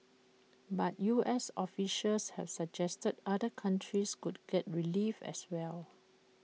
but U S officials have suggested other countries could get relief as well